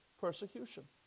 persecution